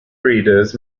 breeders